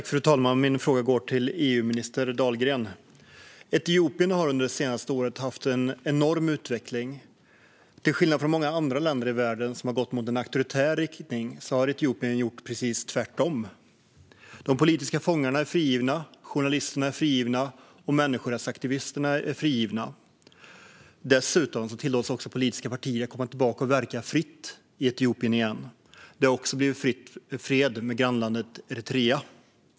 Fru talman! Min fråga går till EU-minister Dahlgren. Etiopien har under det senaste året haft en enorm utveckling. Till skillnad från många andra länder i världen som har gått mot en auktoritär riktning har Etiopien gjort precis tvärtom. De politiska fångarna är frigivna. Journalisterna är frigivna, och människorättsaktivisterna är frigivna. Dessutom tillåts politiska partier att komma tillbaka och verka fritt i Etiopien igen. Det har också blivit fred med grannlandet Eritrea.